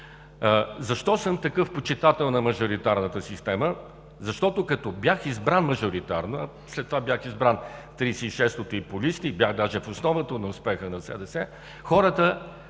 Защо съм такъв почитател на мажоритарната система? Защото като бях избран мажоритарно, след това бях избран в Тридесет и шестото и по листи, бях даже в основата на успеха на СДС, хората